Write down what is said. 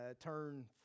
turn